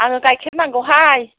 आंनो गाइखेर नांगौहाय